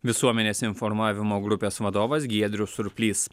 visuomenės informavimo grupės vadovas giedrius surplys